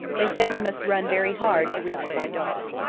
they say we must run very hard to reach it by dark.